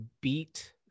beat